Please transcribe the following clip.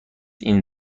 این